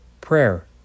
prayer